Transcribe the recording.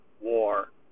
war